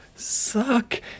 Suck